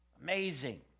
Amazing